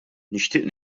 nixtieq